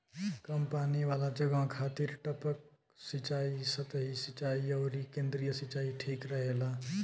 कम पानी वाला जगह खातिर टपक सिंचाई, सतही सिंचाई अउरी केंद्रीय सिंचाई ठीक रहेला